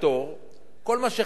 כל מה שחיכית הוא בחינם,